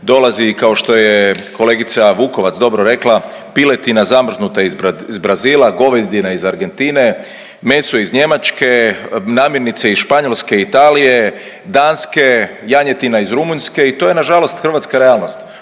dolazi i kao što je kolegica Vukovac dobro rekla piletina zamrznuta iz Brazila, govedina iz Argentine, meso iz Njemačke, namirnice iz Španjolske, Italije, Danske, janjetina iz Rumunjske i to je na žalost hrvatska realnost.